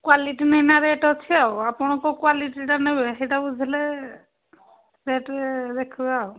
quality ନେଇକିନା rate ଅଛି ଆଉ ଆପଣ କେଉଁ କ୍ଵାଲିଟିର ନେବେ ସେଇଟା ବୁଝିଲେ ରେଟ୍ ଦେଖିବା ଆଉ